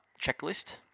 checklist